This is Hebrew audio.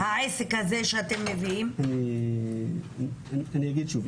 אני אומר שוב.